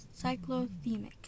cyclothemic